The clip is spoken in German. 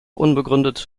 unbegründet